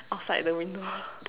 outside the window